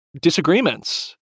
disagreements